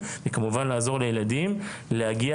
בתוך החינוך הממלכתי-דתי הוא חינוך גדול ומורכב ואני מציע